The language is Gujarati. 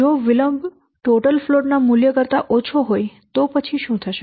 જો વિલંબ કુલ ફ્લોટ ના મૂલ્ય કરતા ઓછો હોય તો પછી શું થશે